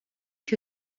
que